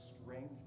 strength